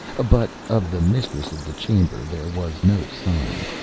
but of the mistress of the chamber there was no sign.